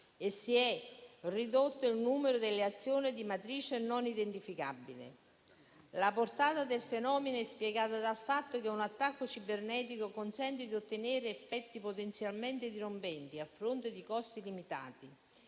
e si è ridotto il numero delle azioni di matrice non identificabile. La portata del fenomeno è spiegata dal fatto che un attacco cibernetico consente di ottenere effetti potenzialmente dirompenti a fronte di costi limitati